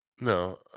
no